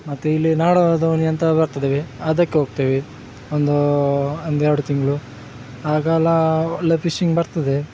ಮತ್ತು ಇಲ್ಲಿ ನಾಡೋ ದೋಣಿ ಅಂತ ಬರ್ತದೆ ಅದಕ್ಕೆ ಹೋಗ್ತೀವಿ ಒಂದೂ ಒಂದೆರ್ಡು ತಿಂಗಳು ಆಗೋಲ್ಲ ಒಳ್ಳೆಯ ಫಿಶಿಂಗ್ ಬರ್ತದೆ